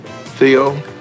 Theo